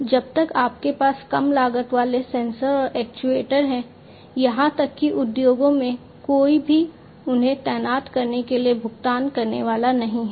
जब तक आपके पास कम लागत वाले सेंसर और एक्चुएटर हैं यहां तक कि उद्योगों में कोई भी उन्हें तैनात करने के लिए भुगतान करने वाला नहीं है